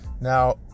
Now